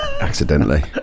Accidentally